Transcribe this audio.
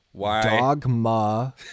Dogma